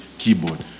keyboard